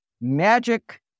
magic